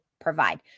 provide